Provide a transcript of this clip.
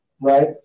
right